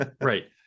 right